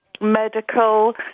medical